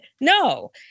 No